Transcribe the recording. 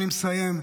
אני מסיים,